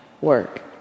work